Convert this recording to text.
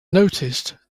noticed